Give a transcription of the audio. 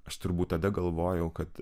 aš turbūt tada galvojau kad